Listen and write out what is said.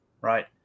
right